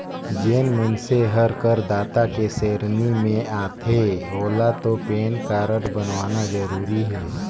जेन मइनसे हर करदाता के सेरेनी मे आथे ओेला तो पेन कारड बनवाना जरूरी हे